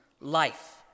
Life